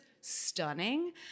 stunning